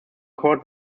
court